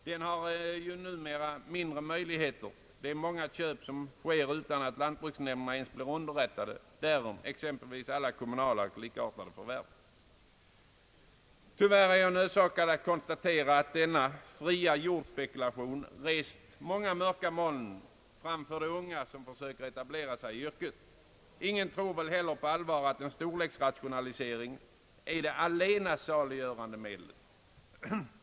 De har ju numera mindre möjligheter, ty det är många köp som sker utan att lantbruksnämnderna ens blir underrättade därom, exempelvis alla kommunala och likartade förvärv. Tyvärr är jag nödsakad att konstatera att denna fria jordspekulation rest många hinder för de unga, som försöker etablera sig i yrket. Ingen tror väl heller på allvar att en storleksrationalisering är det allena saliggörande medlet.